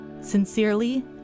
Sincerely